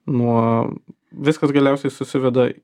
nuo viskas galiausiai susiveda